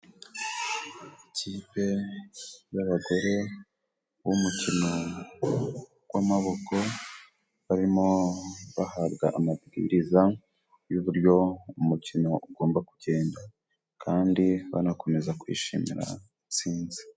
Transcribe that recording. Ikipe y'abagore b'umukino gw'amaboko, barimo bahabwa amabwiriza y'uburyo umukino ugomba kugenda, kandi banakomeza kwishimira intsinzi.